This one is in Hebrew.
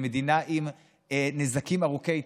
זה מדינה עם נזקים ארוכי טווח,